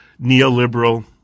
neoliberal